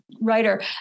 writer